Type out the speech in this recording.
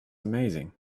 amazing